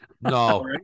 No